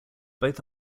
both